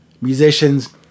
musicians